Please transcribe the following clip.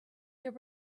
there